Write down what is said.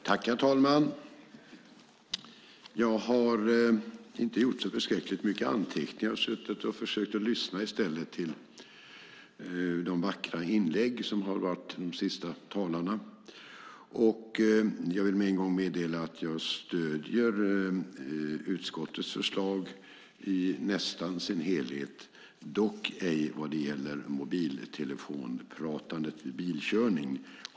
Herr talman! Jag har inte gjort så förskräckligt mycket anteckningar utan i stället suttit och försökt att lyssna till de vackra inlägg som har kommit från de senaste talarna. Jag vill med en gång meddela att jag stöder utskottets förslag nästan i sin helhet, dock ej vad gäller mobiltelefonpratande vid bilkörning.